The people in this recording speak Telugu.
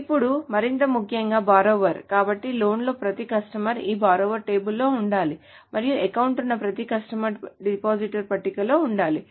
ఇప్పుడు మరింత ముఖ్యంగా బార్రోవర్ కాబట్టి లోన్ ఉన్న ప్రతి కస్టమర్ ఈ బార్రోవర్ టేబుల్ లో ఉండాలి మరియు అకౌంట్ ఉన్న ప్రతి కస్టమర్ డిపాజిటర్ పట్టికలో ఉండాలి